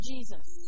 Jesus